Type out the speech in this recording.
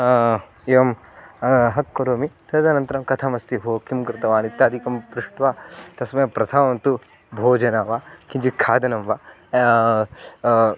एवं हग् करोमि तदनन्तरं कथमस्ति भोः किं कृतवान् इत्यादिकं पृष्ट्वा तस्मै प्रथमं तु भोजनं वा किञ्चित् खादनं वा